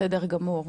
בסדר גמור.